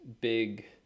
big